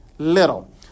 little